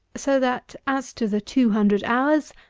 so that, as to the two hundred hours,